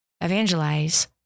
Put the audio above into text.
evangelize